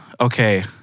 Okay